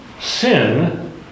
sin